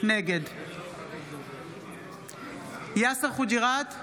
נגד יאסר חוג'יראת,